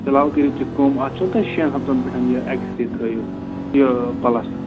فِلحال کٔرِو تُہۍ کٲم اَتھ چھُنہٕ تۄہہِ شیٚن ہفتَن پٮ۪ٹھ یہِ اٮ۪کٕسرے تھٲوِتھ یہِ پَلَستَر